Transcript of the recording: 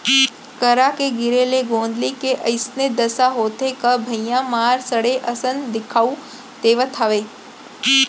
करा के गिरे ले गोंदली के अइसने दसा होथे का भइया मार सड़े असन दिखउल देवत हवय